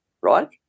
right